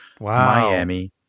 Miami